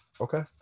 Okay